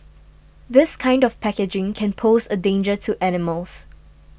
this kind of packaging can pose a danger to animals